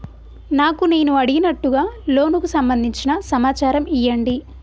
నాకు నేను అడిగినట్టుగా లోనుకు సంబందించిన సమాచారం ఇయ్యండి?